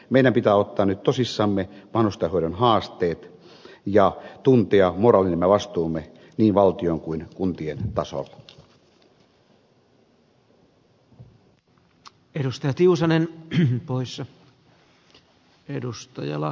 meidän pitää ottaa nyt tosissamme vanhustenhoidon haasteet ja tuntea moraalinen vastuumme niin valtion kuin kuntien tasolla